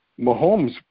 Mahomes